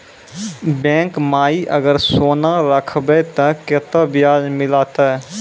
Bank माई अगर सोना राखबै ते कतो ब्याज मिलाते?